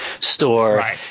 store